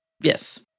Yes